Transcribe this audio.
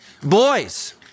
boys